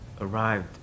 arrived